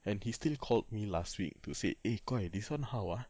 and he still called me last week to say eh koi this [one] how ah